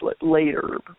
later